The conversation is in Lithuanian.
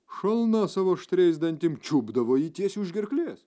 šalna savo aštriais dantim čiupdavo jį tiesiai už gerklės